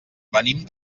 venim